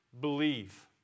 believe